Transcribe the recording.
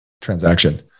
transaction